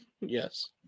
yes